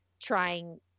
trying